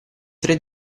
tre